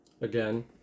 Again